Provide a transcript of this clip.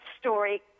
story